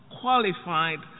qualified